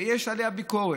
שיש עליה ביקורת,